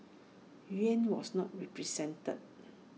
Nguyen was not represented